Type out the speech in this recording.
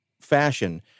fashion